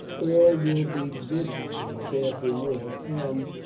all will be bidden to prepare for war, and,